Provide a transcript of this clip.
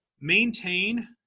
maintain